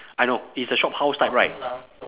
I know it's the shophouse type right